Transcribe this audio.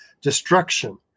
destruction